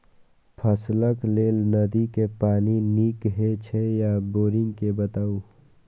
फसलक लेल नदी के पानी नीक हे छै या बोरिंग के बताऊ?